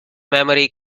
memory